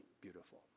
beautiful